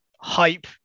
hype